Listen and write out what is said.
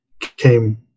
came